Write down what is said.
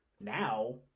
Now